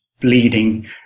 bleeding